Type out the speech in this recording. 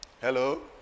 Hello